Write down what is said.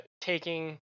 taking